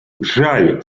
жаль